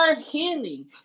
healing